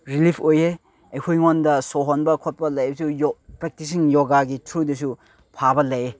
relief ꯑꯣꯏꯌꯦ ꯑꯩꯉꯣꯟꯗ ꯁꯣꯔꯍꯣꯟꯕ ꯈꯣꯠꯄ ꯂꯩꯔꯁꯨ ꯄ꯭ꯔꯦꯛꯇꯤꯁꯤꯡ ꯌꯣꯒꯥꯒꯤ ꯊ꯭ꯔꯨꯗꯁꯨ ꯐꯕ ꯂꯩ